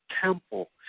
temple